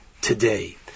today